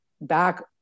back